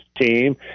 team